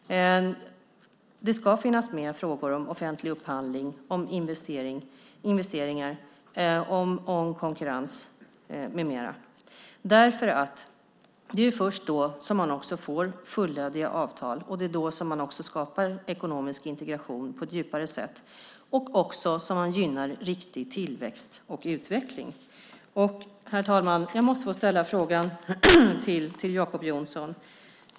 Det ska finnas med frågor om offentlig upphandling, investeringar, konkurrens med mera. Det är först då som man också får fullödiga avtal, och det är också då som man skapar ekonomisk integration på ett djupare sätt och gynnar riktig tillväxt och utveckling. Herr talman! Jag måste få ställa en fråga till Jacob Johnson.